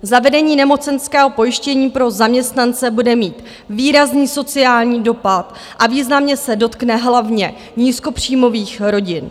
Zavedení nemocenského pojištění pro zaměstnance bude mít výrazný sociální dopad a významně se dotkne hlavně nízkopříjmových rodin.